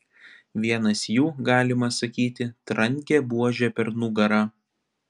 vienas jų galima sakyti trankė buože per nugarą